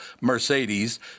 Mercedes